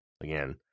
again